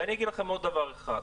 ואני אגיד לכם עדו דבר אחד.